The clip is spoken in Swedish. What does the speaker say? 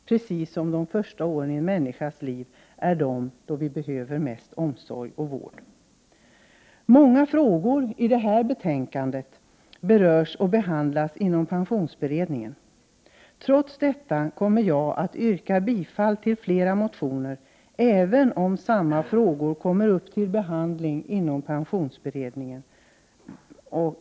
Precis som under de första åren av en människas liv är det då hon behöver mest omsorg och vård. Många frågor i detta betänkande berörs och behandlas inom pensionsberedningen. Jag kommer att yrka bifall till flera motioner även om samma frågor tas upp till behandling inom pensionsberedningen.